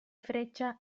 freccia